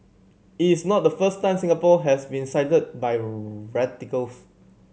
it is not the first time Singapore has been cited by radicals